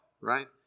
right